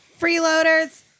Freeloaders